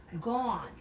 Gone